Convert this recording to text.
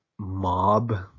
mob